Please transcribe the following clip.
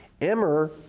Emmer